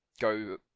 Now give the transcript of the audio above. go